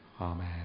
Amen